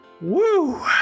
Woo